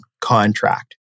contract